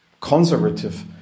conservative